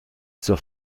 zur